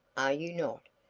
are you not?